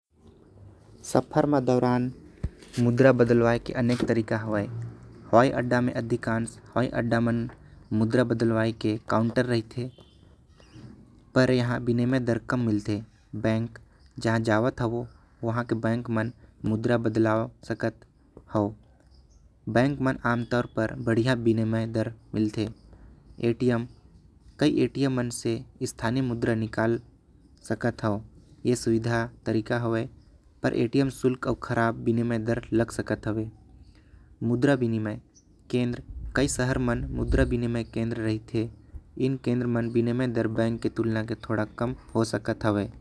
सफर म दौरान मुद्रा बदलावों के अनेक तरीका हवे। हवाई अड्डा में अधिकांश हवाई अड्डा में मुद्रा बदलावे के काउंटर होते। पर यहां विनिमय दर कम मिलते बैंक जहां जावट। हवा वहां के बैंक मन मुद्रा बदलावों बैंक में आम तौर पर ईटीएम। कई एटीएम मन से स्थानिक मुद्रा निकल सकत हो। ए सुविधा तरीका हैवे आऊ एटीम शुल्क आऊ। खराब विनैमय दर लग सकत हैवे मुद्रा विनिमय के केंद्र कई शहर मन म। विनिमय केंद्र रहते इन विनिमय दर बैंक के तुलना में थोड़ा कम हो सकत हैवे।